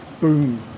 boom